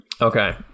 Okay